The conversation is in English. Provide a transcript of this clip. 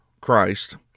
Christ